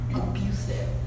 abusive